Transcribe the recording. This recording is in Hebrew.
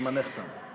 זמנך תם.